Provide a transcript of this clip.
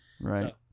Right